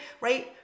right